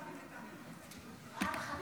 אחת